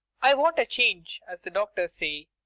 i want a change, as the doctors say.